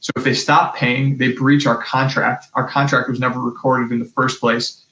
so if they stop paying, they breach our contract. our contract was never recorded in the first place,